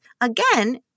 again